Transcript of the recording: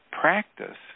practice